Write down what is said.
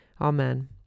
Amen